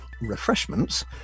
refreshments